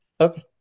okay